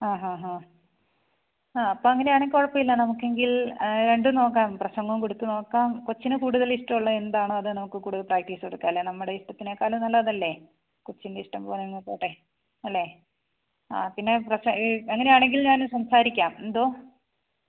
ആ ഹാ ഹാ ആ അപ്പം അങ്ങനെ ആണേൽ കുഴപ്പമില്ല നമുക്ക് എങ്കില് രണ്ടും നോക്കാം പ്രസങ്ങവും കൊടുത്ത് നോക്കാം കൊച്ചിന് കൂടുതൽ ഇഷ്ടം ഉള്ള എന്താണോ അത് നമുക്ക് കൂടുതൽ പ്രാക്ടീസ് കൊടുക്കാം അല്ലാതെ നമ്മുടെ ഇഷ്ടത്തിനേക്കാളും നല്ലതല്ലേ കൊച്ചിന്റെ ഇഷ്ടം പോലങ്ങ് പോട്ടെ അല്ലെ ആ പിന്നെ പ്രസംഗം അങ്ങനെ ആണെങ്കില് ഞാൻ സംസാരിക്കാം എന്തോ